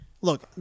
look